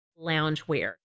loungewear